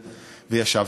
וישבתי.